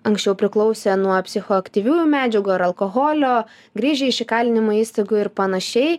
anksčiau priklausę nuo psichoaktyviųjų medžiagų ar alkoholio grįžę iš įkalinimo įstaigų ir panašiai